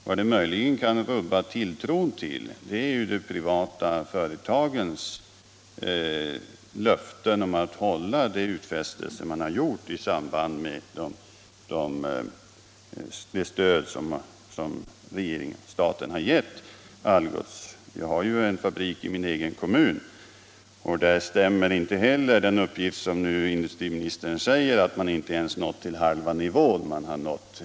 Vad det möjligen kan rubba tilltron till är de privata företagens löften om att hålla utfästelserna i samband med det stöd som staten har gett Algots. Om sysselsättnings Det finns en fabrik i min egen kommun där industriministerns uppgift — problemen i om att man inte ens nått till halva nivån inte heller stämmer.